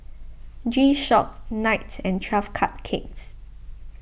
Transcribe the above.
G Shock Knight and twelve Cupcakes